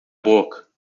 boca